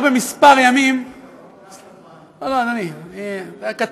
אורן, קח את הזמן.